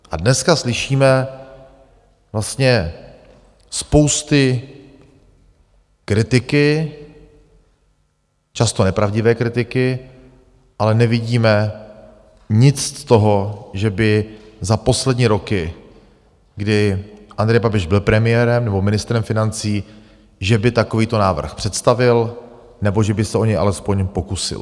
A dneska slyšíme vlastně spousty kritiky, často nepravdivé kritiky, ale nevidíme nic z toho, že za poslední roky, kdy Andrej Babiš byl premiérem nebo ministrem financí, že by takovýto návrh představil, nebo že by se o něj alespoň pokusil.